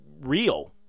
real